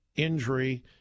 Injury